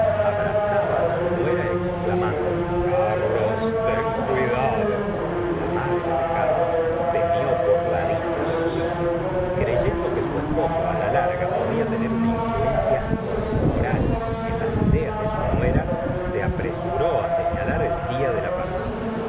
abrazaba á su nuera exclamando carlos ten cuidado la madre de carlos temió por la dicha de su hijo y creyendo que su esposo la larga podía tener una influencia inmoral en las ideas de su nuera se apresuré á senalar el día de la partida